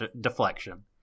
deflection